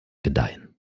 gedeihen